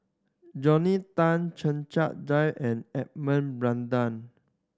Rodney Tan Checha Davie and Edmund Blundell